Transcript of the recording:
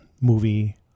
movie